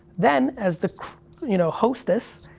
then, as the you know hostess,